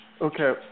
Okay